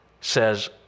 says